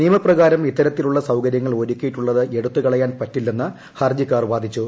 നിയമപ്രകാരം ഇത്തരത്തിലുള്ള സൌകര്യങ്ങൾ ഒരുക്കിയിട്ടുള്ളത് എടുത്തു കളയാൻ പറ്റില്ലെന്ന് ഹർജ്ജിക്കാർ വാദിച്ചു